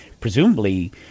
presumably